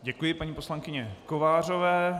Děkuji paní poslankyni Kovářové.